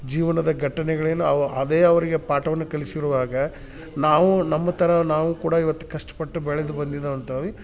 ಜೀವನದ ಘಟನೆಗಳೇನು ಅವ ಅದೇ ಅವರಿಗೆ ಪಾಠವನ್ನ ಕಲಿಸಿರುವಾಗ ನಾವು ನಮ್ಮ ಥರ ನಾವು ಕೂಡ ಇವತ್ತು ಕಷ್ಟಪಟ್ಟು ಬೆಳೆದು ಬಂದಿದಾವ ಅಂತ್ಹೇಳಿ